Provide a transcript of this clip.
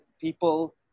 people